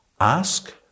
Ask